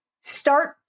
start